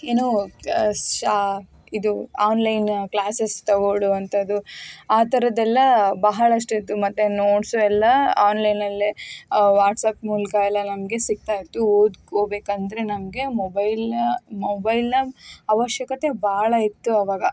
ಏನು ಶಾ ಇದು ಆನ್ಲೈನ್ ಕ್ಲಾಸಸ್ ತಗೊಳ್ಳುವಂಥದ್ದು ಆ ಥರದ್ದೆಲ್ಲ ಬಹಳಷ್ಟು ಇತ್ತು ಮತ್ತೆ ನೋಟ್ಸು ಎಲ್ಲ ಆನ್ಲೈನಲ್ಲೇ ವಾಟ್ಸ್ಯಾಪ್ ಮೂಲಕ ಎಲ್ಲ ನಮಗೆ ಸಿಗ್ತಾಯಿತ್ತು ಓದ್ಕೋಬೇಕೆಂದರೆ ನಮಗೆ ಮೊಬೈಲ್ ಮೊಬೈಲ್ನ ಅವಶ್ಯಕತೆ ಭಾಳ ಇತ್ತು ಆವಾಗ